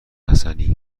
حسنی